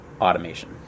automation